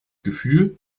gefühl